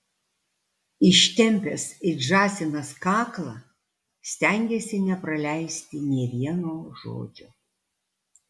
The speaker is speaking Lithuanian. ištempęs it žąsinas kaklą stengėsi nepraleisti nė vieno žodžio